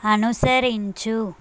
అనుసరించు